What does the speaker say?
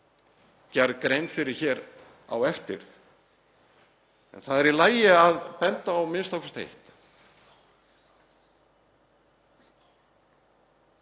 gerð grein fyrir hér á eftir. En það er í lagi að benda á a.m.k. eitt.